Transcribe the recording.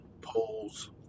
polls